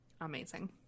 amazing